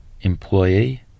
employee